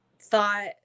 thought